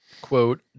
Quote